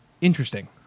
interesting